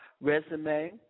resume